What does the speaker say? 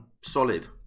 solid